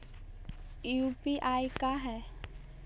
UPI का है?